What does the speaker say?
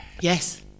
Yes